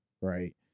Right